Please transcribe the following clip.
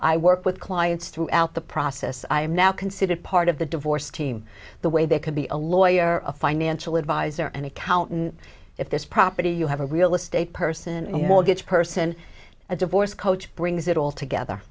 i work with clients throughout the process i'm now considered part of the divorce team the way they could be a lawyer a financial advisor an accountant if this property you have a real estate person and mortgage person a divorce coach brings it all together